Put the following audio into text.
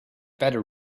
better